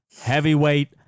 heavyweight